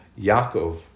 Yaakov